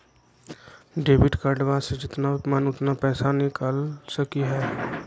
Debit कार्डबा से जितना मन उतना पेसबा निकाल सकी हय?